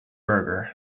burger